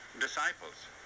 disciples